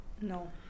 No